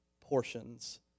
portions